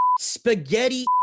spaghetti